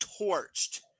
torched –